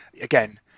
again